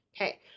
Okay